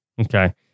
Okay